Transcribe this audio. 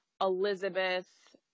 elizabeth